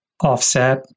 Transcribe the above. offset